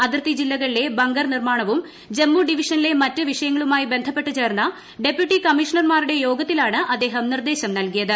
അതിർത്തി ജില്ലകളിലെ ബങ്കർ നിർമാണവും ജമ്മു ഡിവിഷമ്പിലെ മറ്റ് വിഷയങ്ങളുമായി ബന്ധപ്പെട്ട് ചേർന്ന ഡെപ്യൂട്ടി കൃമ്മ്ട്രീഷ്ണർമാരുടെ യോഗത്തിലാണ് അദ്ദേഹം ന്റിർദ്ദേശം നൽകിയത്